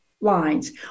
lines